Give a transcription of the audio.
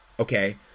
Okay